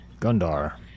Gundar